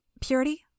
Purity